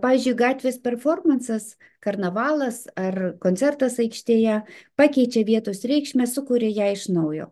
pavyzdžiui gatvės performansas karnavalas ar koncertas aikštėje pakeičia vietos reikšmę sukuria ją iš naujo